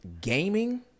gaming